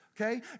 Okay